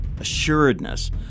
assuredness